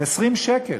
20 שקל.